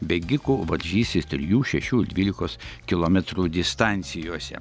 bėgikų varžysis trijų šešių dvylikos kilometrų distancijose